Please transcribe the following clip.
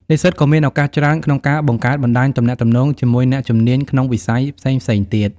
និស្សិតក៏មានឱកាសច្រើនក្នុងការបង្កើតបណ្តាញទំនាក់ទំនងជាមួយអ្នកជំនាញក្នុងវិស័យផ្សេងៗទៀត។